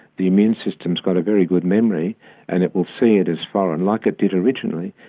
the immune system has got a very good memory and it will see it as foreign, like it did originally,